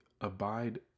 abide